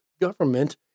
government